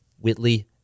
Whitley